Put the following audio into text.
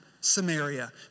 Samaria